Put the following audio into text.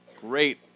Great